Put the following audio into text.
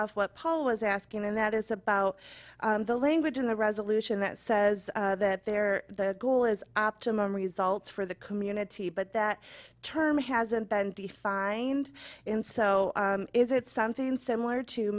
off what paul was asking and that is about the language in the resolution that says that there the goal is optimum results for the community but that term hasn't been defined in so is it something similar to